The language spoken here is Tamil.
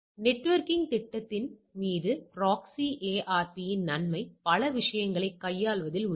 நெட்வொர்க்கிங் திட்டத்தின் மீது ப்ராக்ஸி ஏஆர்பியின் நன்மை பல விஷயங்களை கையாள்வதில் உள்ளது